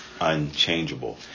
unchangeable